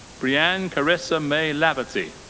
brianne caressa may laverty.